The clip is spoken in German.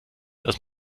dass